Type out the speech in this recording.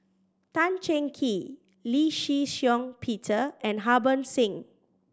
Tan Cheng Kee Lee Shih Shiong Peter and Harbans Singh